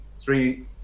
three